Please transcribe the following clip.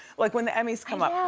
like when the emmy's come up. i know.